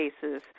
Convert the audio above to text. cases